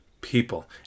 people